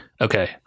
Okay